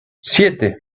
siete